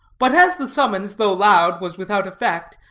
but as the summons, though loud, was without effect,